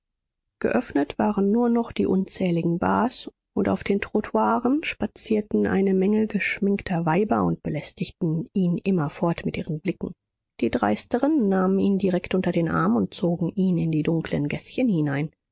geöffnet waren nur noch die unzähligen bars und auf den trottoiren spazierten eine menge geschminkte weiber und belästigten ihn immerfort mit ihren blicken die dreisteren nahmen ihn direkt unter den arm und zogen ihn in die dunklen gäßchen hinein